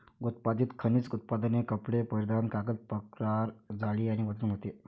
उत्पादित खनिज उत्पादने कपडे परिधान कागद प्रकार जाडी आणि वजन होते